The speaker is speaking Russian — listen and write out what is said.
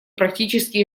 практически